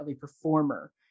performer